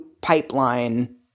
pipeline